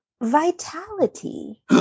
vitality